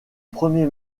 premier